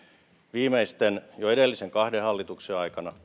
viimeisten hallitusten jo kahden edellisen hallituksen aikana ja myöskin tämän